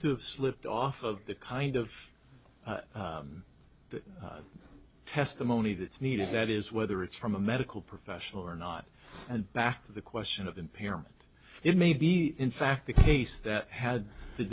have slipped off of the kind of the testimony that's needed that is whether it's from a medical professional or not and back to the question of impairment it may be in fact the case that had the